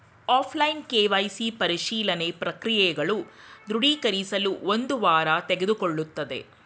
offline KYC ಪರಿಶೀಲನೆ ಪ್ರಕ್ರಿಯೆಗಳು ದೃಢೀಕರಿಸಲು ಒಂದು ವಾರ ತೆಗೆದುಕೊಳ್ಳುತ್ತದೆ